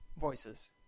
voices